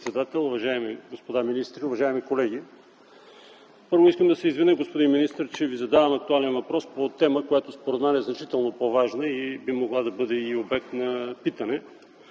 Благодаря Ви, господин министър.